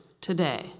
today